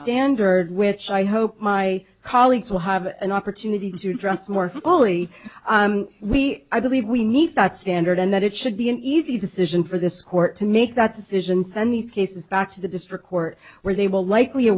standard which i hope my colleagues will have an opportunity to address more fully we i believe we need that standard and that it should be an easy decision for this court to make that decision send these cases back to the district court where they will likely a